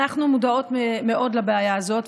אנחנו מודעות מאוד לבעיה הזאת.